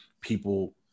People